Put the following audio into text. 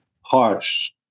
harsh